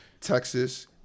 texas